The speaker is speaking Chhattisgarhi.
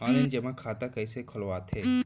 ऑनलाइन जेमा खाता कइसे खोलवाथे?